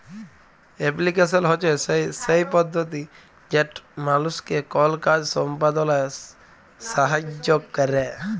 application হছে সেই পদ্ধতি যেট মালুসকে কল কাজ সম্পাদলায় সাহাইয্য ক্যরে